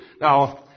Now